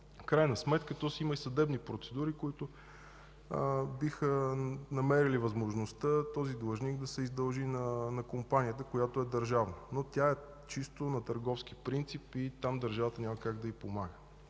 крайна сметка си има съдебни процедури, които биха намерили възможността този длъжник да се издължи на компанията, която е държавна. Но тя е чисто на търговски принцип и там държавата няма как да й помага.